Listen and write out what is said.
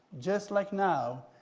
just like now,